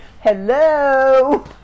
hello